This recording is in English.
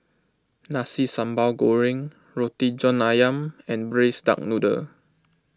Nasi Sambal Goreng Roti John Ayam and Braised Duck Noodle